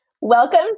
Welcome